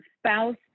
spouse